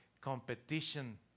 competition